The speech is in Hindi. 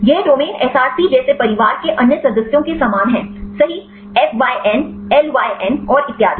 ये डोमेन Src जैसे परिवार के अन्य सदस्यों के समान हैं सही fyn lyn और इतियादी